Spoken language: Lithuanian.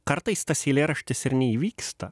kartais tas eilėraštis ir neįvyksta